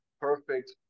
perfect